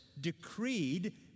decreed